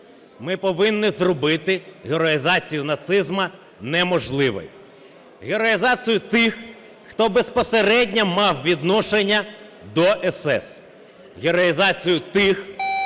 Ми повинні зробити героїзацію нацизму неможливою. Героїзацію тих, хто безпосередньо мав відношення до СС, героїзацію тих,